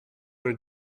our